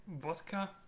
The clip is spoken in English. vodka